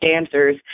dancers